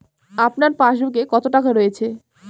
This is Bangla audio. আপনার পাসবুকে কত টাকা রয়েছে?